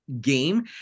game